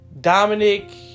Dominic